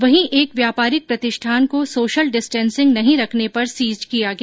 वहीं एक व्यापारिक प्रतिष्ठान को सोशल डिस्टेसिंग नहीं रखने पर सीज किया गया